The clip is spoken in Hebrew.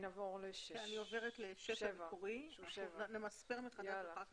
רישום משכון.